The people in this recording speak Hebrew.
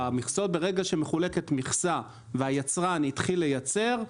ברגע שמחולקת מכסה והיצרן התחיל לייצר,